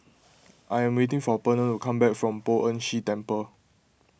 I am waiting for Pernell to come back from Poh Ern Shih Temple